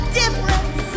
difference